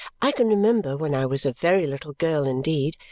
i can remember, when i was a very little girl indeed,